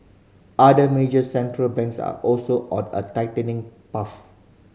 other major Central Banks are also on a tightening path